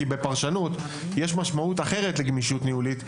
כי בפרשנות יש משמעות אחרת לגמישות ניהולית,